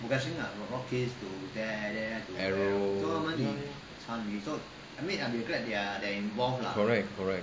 arrow ya ya correct correct